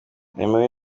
aime